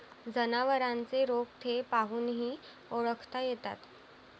जनावरांचे रोग ते पाहूनही ओळखता येतात